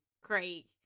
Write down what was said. Craig